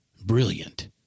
Brilliant